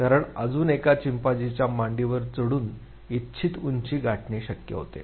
कारण अजून एका शिंपांझीच्या मांडीवर चढून च इच्छित उंची गाठणे शक्य होते